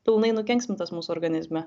pilnai nukenksmintas mūsų organizme